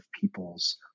people's